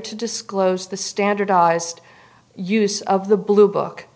to disclose the standardized use of the blue book